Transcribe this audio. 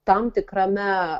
tam tikrame